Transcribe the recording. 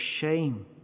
shame